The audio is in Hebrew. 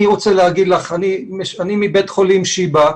אני רוצה להגיד לך, אני מבית חולים שיבא,